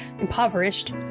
impoverished